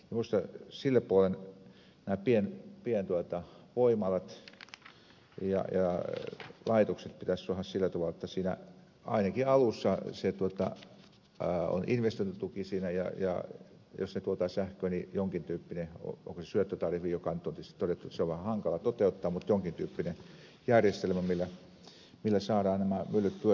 minusta sille puolen nämä pienvoimalat ja laitokset pitäisi saada sillä tavalla että siinä ainakin alussa on investointituki siinä ja jos ne tuottaisivat sähköä niin jonkin tyyppinen onko se syöttötariffi jonka nyt on todettu olevan vähän hankala toteuttaa mutta jonkin tyyppinen järjestelmä millä saadaan nämä myllyt pyörimään